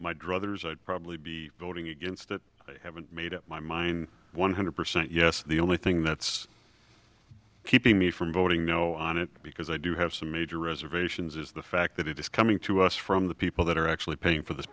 my druthers i'd probably be voting against it i haven't made up my mind one hundred percent yes the only thing that's keeping me from voting no on it because i do have some major reservations is the fact that it is coming to us from the people that are actually paying for this